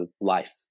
life